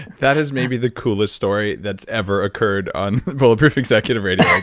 that is maybe the coolest story that's every occurred on bulletproof executive radio.